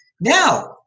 now